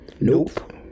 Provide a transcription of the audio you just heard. Nope